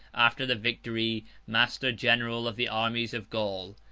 after the victory, master-general of the armies of gaul.